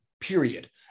Period